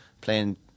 playing